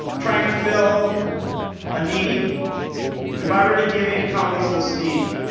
trying to fill a need we have already given counties this need.